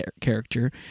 character